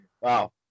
Wow